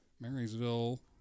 Marysville